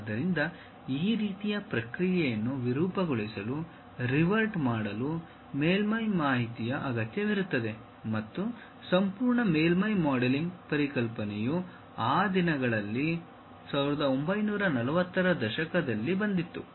ಆದ್ದರಿಂದ ಈ ರೀತಿಯ ಪ್ರಕ್ರಿಯೆಯನ್ನು ವಿರೂಪಗೊಳಿಸಲು ರಿವರ್ಟ್ ಮಾಡಲು ಮೇಲ್ಮೈ ಮಾಹಿತಿಯ ಅಗತ್ಯವಿರುತ್ತದೆ ಮತ್ತು ಸಂಪೂರ್ಣ ಮೇಲ್ಮೈ ಮಾಡೆಲಿಂಗ್ ಪರಿಕಲ್ಪನೆಯು ಆ ದಿನಗಳಲ್ಲಿ 1940 ರ ದಶಕದಲ್ಲಿ ಬಂದಿತು